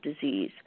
disease